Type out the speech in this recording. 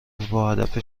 باهدف